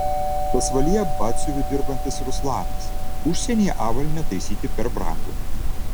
pasvalyje batsiuviu dirbantis ruslanas užsienyje avalynę taisyti per brangu